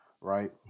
right